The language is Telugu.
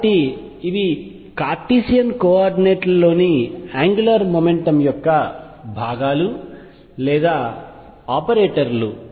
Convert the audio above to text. కాబట్టి ఇవి కార్టీషియన్ కోఆర్డినేట్ లలోని యాంగ్యులార్ మెకానిక్స్ యొక్క భాగాలు లేదా ఆపరేటర్లు